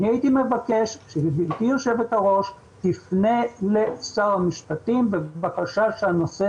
הייתי מבקש שגברתי יושבת הראש תפנה לשר המשפטים בבקשה שהנושא